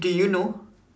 do you know